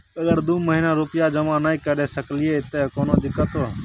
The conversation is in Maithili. अगर दू महीना रुपिया जमा नय करे सकलियै त कोनो दिक्कतों?